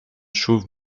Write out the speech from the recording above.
chauves